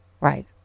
Right